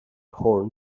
horn